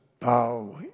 bow